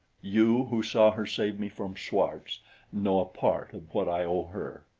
you who saw her save me from schwartz know a part of what i owe her.